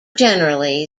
generally